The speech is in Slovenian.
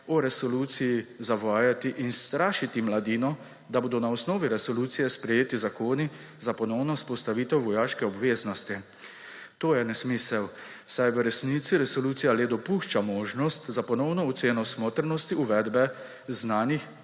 o resoluciji zavajati in strašiti mladino, da bodo na osnovi resolucije sprejeti zakoni za ponovno vzpostavitev vojaške obveznosti. To je nesmisel, saj v resnici resolucija le dopušča možnost za ponovno oceno smotrnosti uvedbe znanih